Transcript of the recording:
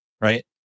right